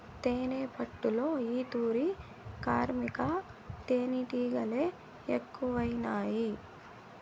తేనెపట్టులో ఈ తూరి కార్మిక తేనీటిగలె ఎక్కువైనాయి